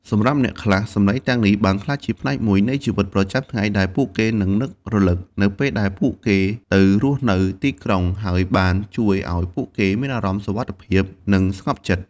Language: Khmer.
សម្រាប់អ្នកខ្លះ សំឡេងទាំងនេះបានក្លាយជាផ្នែកមួយនៃជីវិតប្រចាំថ្ងៃដែលពួកគេនឹករលឹកនៅពេលដែលពួកគេទៅរស់នៅទីក្រុង ហើយបានជួយឱ្យពួកគេមានអារម្មណ៍សុវត្ថិភាព និងស្ងប់ចិត្ត។